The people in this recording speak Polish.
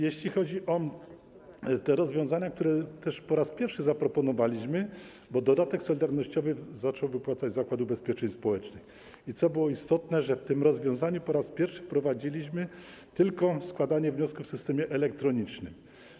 Jeśli chodzi o te rozwiązania, które po raz pierwszy zaproponowaliśmy, bo dodatek solidarnościowy zaczął wypłacać Zakład Ubezpieczeń Społecznych, było istotne, że w tym rozwiązaniu po raz pierwszy wprowadziliśmy składanie wniosków tylko w systemie elektronicznym.